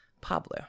Pablo